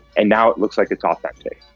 and now it looks like it's authentic.